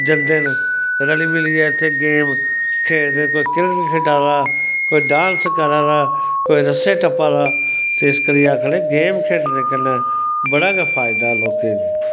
जंदे न रली मिलियै इत्थै गेम खेलदे न कोई क्रिकेट खेढा दा कोई डांस करा दा कोई रस्से टप्पा दा इस करी आक्खा ने गेम खेढने कन्नै बड़ा गै फायदा लोकें गी